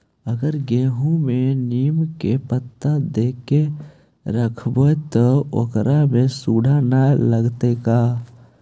अगर गेहूं में नीम के पता देके यखबै त ओकरा में सुढि न लगतै का?